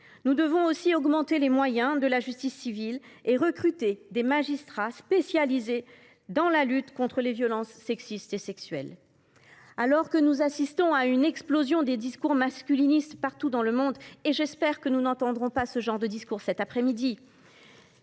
Nous devons aussi augmenter les moyens de la justice civile et recruter des magistrats spécialisés dans la lutte contre les violences sexistes et sexuelles. Alors que nous assistons à une explosion des discours masculinistes partout dans le monde – j’espère que nous n’en entendrons pas cet après midi